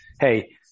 hey